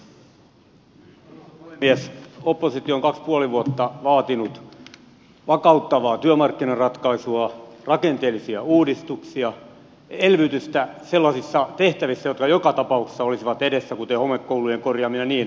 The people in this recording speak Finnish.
oppositio on kaksi ja puoli vuotta vaatinut vakauttavaa työmarkkinaratkaisua rakenteellisia uudistuksia elvytystä sellaisissa tehtävissä jotka joka tapauksessa olisivat edessä kuten homekoulujen korjaaminen ja niin edelleen